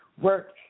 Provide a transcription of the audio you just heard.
work